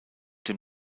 dem